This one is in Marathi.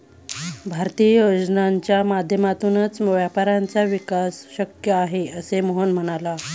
भारतीय योजनांच्या माध्यमातूनच व्यापाऱ्यांचा विकास शक्य आहे, असे मोहन म्हणाला